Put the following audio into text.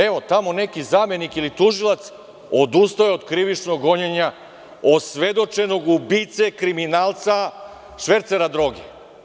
Evo, tamo neki zamenik ili tužilac odustao je od krivičnog gonjenja osvedočenog ubice, kriminalca, švercera droge.